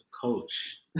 coach